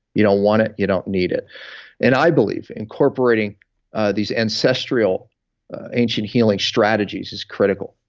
you don't want it, you don't need it and i believe incorporating these ancestral ancient healing strategies is critical.